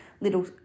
little